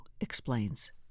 explains